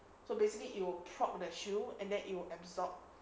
so basically it will prop that shield and then it will absorb